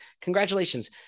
congratulations